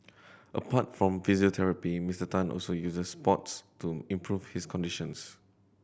apart from physiotherapy Mister Tan also uses sports to improve his conditions